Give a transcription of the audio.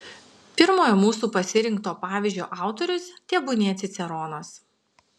pirmojo mūsų pasirinkto pavyzdžio autorius tebūnie ciceronas